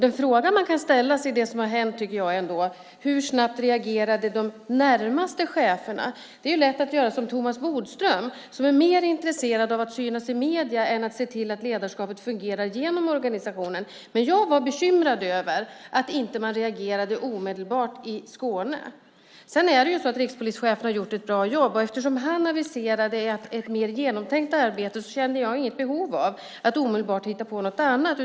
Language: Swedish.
Den fråga som man kan ställa sig med anledning av det som hänt är ändå, tycker jag: Hur snabbt reagerade de närmaste cheferna? Det är lätt att göra som Thomas Bodström som är mer intresserad av att synas i medier än av att se till att ledarskapet fungerar genom organisationen. Jag var bekymrad över att man inte omedelbart reagerade i Skåne. Rikspolischefen har gjort ett bra jobb. Eftersom han aviserade ett mer genomtänkt arbete kände jag inget behov av att omedelbart hitta på något annat.